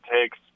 takes